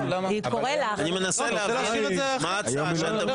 להשאיר את זה אחרי --- אני מנסה להבין מה ההצעה.